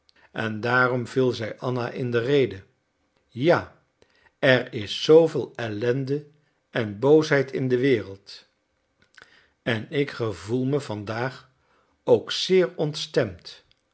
en daarom viel zij anna in de rede ja er is zooveel ellende en boosheid in de wereld en ik gevoel me vandaag ook zeer ontstemd